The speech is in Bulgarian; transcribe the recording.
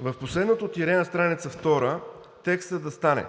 В последното тире на страница втора текстът да стане